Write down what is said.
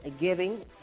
Giving